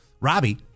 Robbie